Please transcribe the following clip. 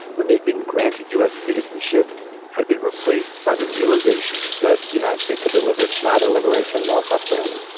when they'd been granted u s. citizenship had been replaced by the realization that. the united states had delivered neither liberation nor prosperity,